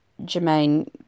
Jermaine